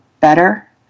better